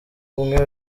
umwe